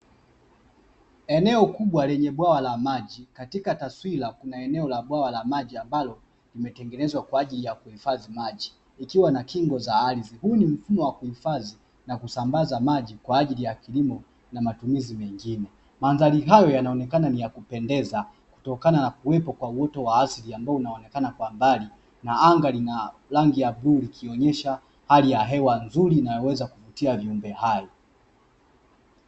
Eneo kubwa lenye bwawa la maji katika taswira kuna eneo la bwawa la maji ambalo limetengenezwa kwa ajili ya kuhifadhi maji ikiwa na kingo za ardhi huu ni mfumo wa kuhifadhi na kusambaza maji kwa ajili ya kilimo na matumizi mengine, mandhari hayo yanaonekana ni ya kupendeza kutokana na kuwepo kwa uoto wa asili ambao unaonekana kwa mbali na anga lina rangi ya bluu ikionyesha hali ya hewa nzuri inayoweza kuvutia viumbe hai.